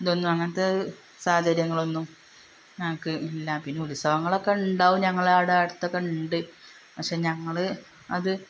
ഇതൊന്നും അങ്ങനെത്തെ സാഹചര്യങ്ങളൊന്നും ഞങ്ങൾക്ക് ഇല്ല പിന്നെ ഉത്സവങ്ങളൊക്കെ ഉണ്ടാകും ഞങ്ങളുടെ അടുത്തൊക്കെ ഉണ്ട് പക്ഷെ ഞങ്ങൾ അത്